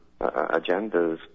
agendas